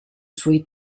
suoi